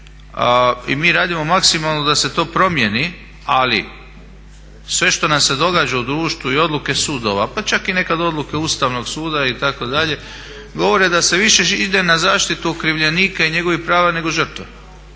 i mi radimo maksimalno da se to promijeni. Ali sve što nam se događa u društvu i odluke sudova, pa čak i nekad odluke Ustavnog suda itd. govore da se više ide na zaštitu okrivljenika i njegovih prava nego žrtve.